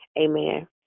Amen